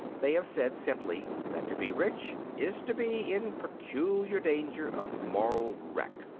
they have said simply that to be rich is to be in peculiar danger of moral wreck.